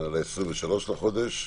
ל-23 לחודש,